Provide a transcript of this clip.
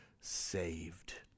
saved